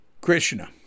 Krishna